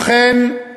אכן,